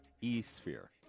e-sphere